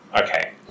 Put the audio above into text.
Okay